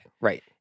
right